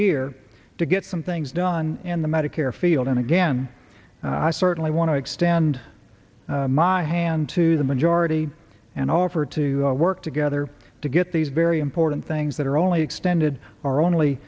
year to get some things done in the medicare field and again i certainly want to extend my hand to the majority and offer to work together to get these very important things that are only extended or only